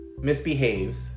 misbehaves